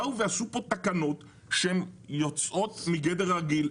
עשו פה תקנות שהן יוצאות מגדר הרגיל,